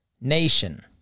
nation